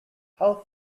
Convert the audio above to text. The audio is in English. how